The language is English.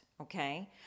okay